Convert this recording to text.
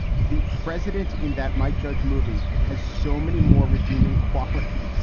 the president in that mike judge movie has so many more redeeming qualities.